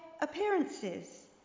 appearances